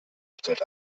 stellte